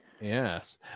Yes